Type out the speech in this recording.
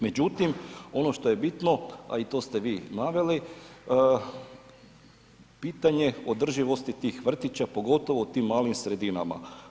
Međutim, ono što je bitno, a i to ste vi naveli, pitanje održivosti tog vrtića, pogotovo u tim malim sredinama.